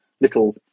little